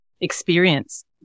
experience